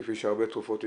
כפי שהרבה תרופות התגלו.